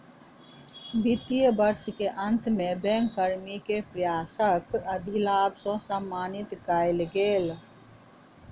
वित्तीय वर्ष के अंत में बैंक कर्मी के प्रयासक अधिलाभ सॅ सम्मानित कएल गेल